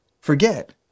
forget